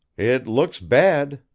it looks bad,